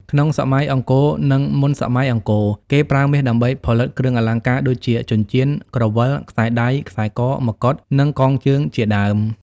ក្នុងសម័យអង្គរនឹងមុនសម័យអង្គរ គេប្រើមាសដើម្បីផលិតគ្រឿងអលង្ការដូចជាចិញ្ចៀន ក្រវិល ខ្សែដៃ ខ្សែក ម្កុដ និងកងជើងជាដើម។